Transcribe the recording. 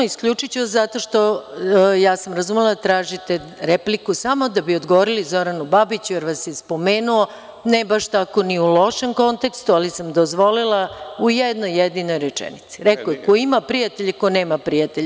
Isključiću zato što sam ja razumela da tražite repliku samo da bi odgovorili Zoranu Babiću, jer vas je spomenuo, ne baš tako ni u lošem kontekstu, ali sam dozvolila u jednoj jedinoj rečenici, rekao je – ko ima prijatelja, i ko nema prijatelja.